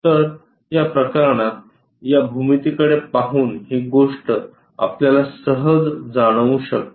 तर या प्रकरणात या भूमितीकडे पाहून ही गोष्ट आपल्याला सहज जाणवू शकते